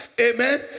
Amen